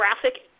graphic